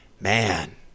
man